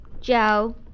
Joe